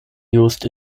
used